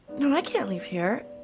no, i can't leave here.